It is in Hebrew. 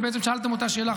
בעצם שאלתם את אותה שאלה,